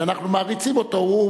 הוא מבין שאנחנו מעריצים אותו,